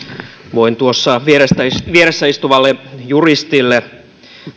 voin tuossa vieressä vieressä istuvalle juristille